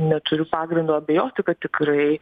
neturiu pagrindo abejoti kad tikrai